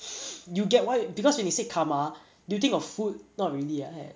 you get why because when you said karma do you think of food not really [what] right